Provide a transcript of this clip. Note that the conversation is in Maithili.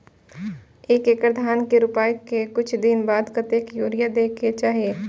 एक एकड़ धान के रोपाई के कुछ दिन बाद कतेक यूरिया दे के चाही?